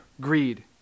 greed